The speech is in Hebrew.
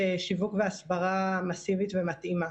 שיווק והסברה מסיבית ומתאימה.